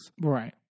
Right